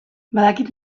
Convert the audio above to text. badakit